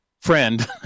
friend